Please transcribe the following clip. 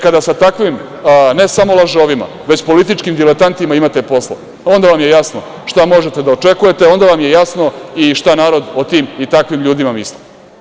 Kada sa takvim, ne samo lažovima, već političkim diletantima imate posla, onda vam je jasno šta možete da očekujete, onda vam je jasno i šta narod o tim i takvim ljudima misli.